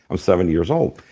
i'm seventy years old.